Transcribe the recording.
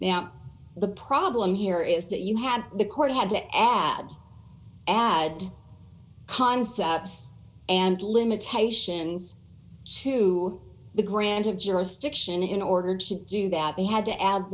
now the problem here is that you have the court had to add ad concepts and limitations to the grant of jurisdiction in order to do that they had to add